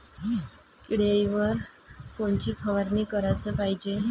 किड्याइवर कोनची फवारनी कराच पायजे?